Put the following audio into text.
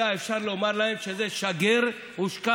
היה אפשר לומר עליהם שזה שגר ושכח.